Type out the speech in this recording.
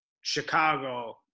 Chicago